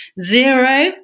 zero